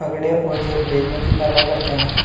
पकड़े और जेल भेजने की कारवाई करते है